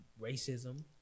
racism